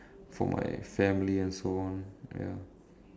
for my family and so on ya